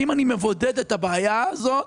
אם אני מבודד את הבעיה האת,